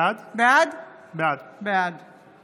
בעד